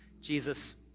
Jesus